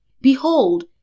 Behold